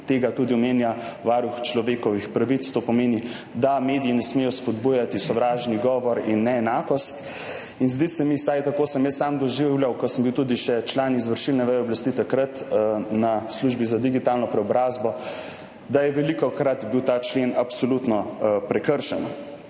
Tega tudi omenja Varuh človekovih pravic. To pomeni, da mediji ne smejo spodbujati sovražnega govora in neenakosti. Zdi se mi, vsaj tako sem jaz sam doživljal, ko sem bil takrat tudi še član izvršilne veje oblasti v Službi za digitalno preobrazbo, da je bil ta člen velikokrat absolutno prekršen.